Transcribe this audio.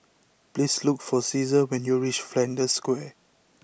please look for Ceasar when you reach Flanders Square